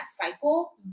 cycle